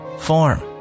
form